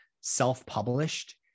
self-published